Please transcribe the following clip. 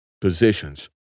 positions